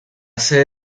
sede